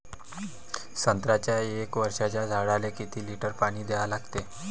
संत्र्याच्या एक वर्षाच्या झाडाले किती लिटर पाणी द्या लागते?